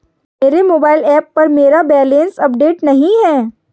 मेरे mobile app पर मेरा बैलेंस अपडेट नहीं है